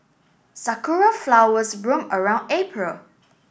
sakura flowers bloom around April